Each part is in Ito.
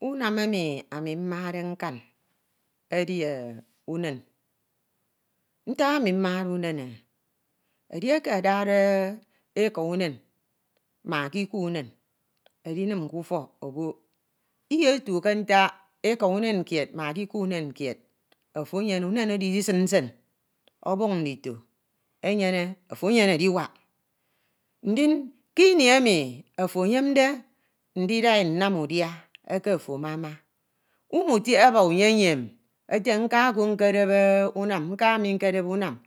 Unam emi ami mmoide nkan edi unen. Ntak emi mmade umen eh, edieke adade eka unen ma ekiko unen edinim ke ntok ebok, uyetu ke ntak eki unen kwu ma ekiko unen kied ofo enyene, unen oro idisin nsen obori ndito ofo eyemde ndida e nnam udia eke ofo amama, umuetehe aba iyeyem ete nka ko nkede unam, nko mi nkede e unam.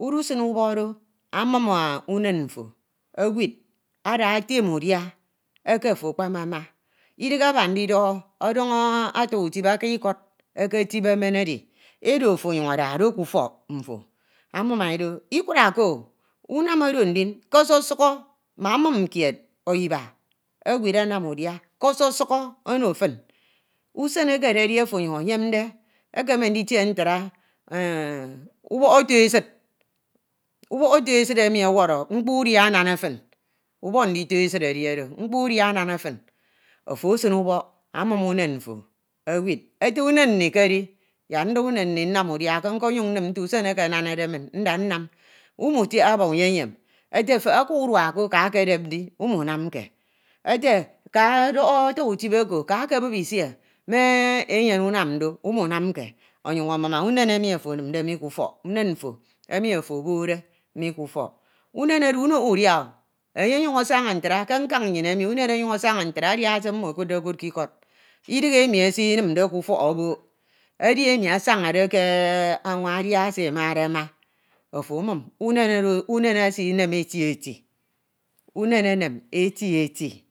Uduson ubak do anum unen mfo ewid ada etem udia eke ofo ekpepemama, idigh ana ndidòhò ete odon ata utip aka ikodeteip emem edi, edo ofo onyun adade ke ufok mfo cmium do, ikurake unam oro ndin ke ososukho ono fin usen eke ededi ofo onyun eyemde ekeme nditie nta ubok ofo esid ubok oto esid emi owon nkpo udia emanu fin, ofo esin ubok amum unen mfo ewid ete unen nni ke di, yak nda unen nni nnem udia, ke nkonyun nmin nte usen eke ananade min, nda nnam umutiehe aba iyeyem ete fehe ka unia ko ka kedep di umunamke, ete ka doho ata- utie oko, ka kebup isie me enyene unem do umunamke, onyun anuem unen mfo obokde mi ke ufok, unen oro unoho udia o, onyun asana nte ke nkan anyin emi wnen ony enyun asana ntra adia se nimo ekudde kud ke ikod. Idighe emi esinimde ke ufok obok, edi emi asanade ke anwa adia se emade ofo anaeum, when esinem eti eti.